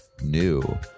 new